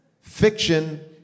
fiction